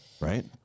Right